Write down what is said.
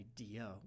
idea